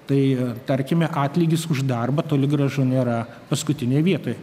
tai tarkime atlygis už darbą toli gražu nėra paskutinėj vietoj